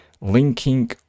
linking